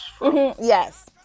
yes